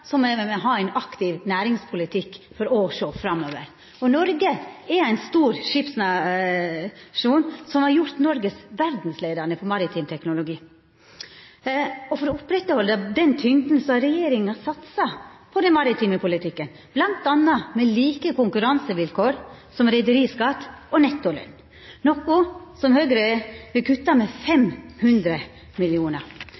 me må framleis ha ein aktiv næringspolitikk for å sjå framover. Noreg er ein stor skipsnasjon, som har gjort Noreg verdsleiande innan maritim teknologi. For å oppretthalda den tyngda har regjeringa satsa på den maritime politikken, bl.a. med like konkurransevilkår, som reiarlagsskatt og nettolønn – noko Høgre vil kutte med